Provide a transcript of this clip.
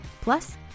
Plus